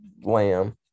Lamb